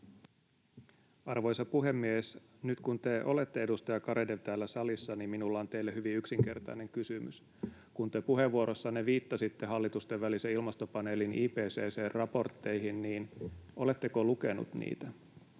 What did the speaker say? Arvoisa puhemies! Nyt kun te olette, edustaja Garedew, täällä salissa, niin minulla on teille hyvin yksinkertainen kysymys. Kun te puheenvuorossanne viittasitte hallitustenvälisen ilmastopaneelin, IPCC:n, raportteihin, niin oletteko lukenut niitä?